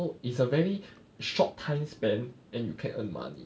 oh it's a very short time span and you can earn money